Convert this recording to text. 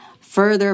further